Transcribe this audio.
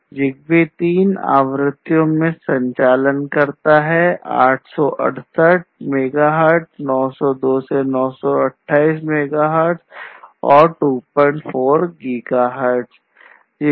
ZigBee तीन आवृत्तियों में संचालन करता है 868 मेगाहर्ट्ज़ 902 से 928 मेगाहर्ट्ज़ और 24 गीगाहर्ट्ज़